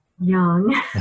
young